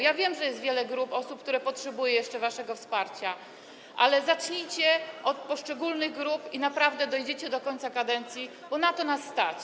Ja wiem, że jest jeszcze wiele grup osób, które potrzebują waszego wsparcia, ale zacznijcie od poszczególnych grup i naprawdę dojdziecie do tego do końca kadencji, bo na to nas stać.